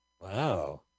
wow